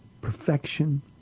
perfection